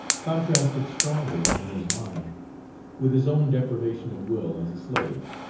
contrasted strongly in his mind with his own deprivation of will as a slave.